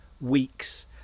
weeks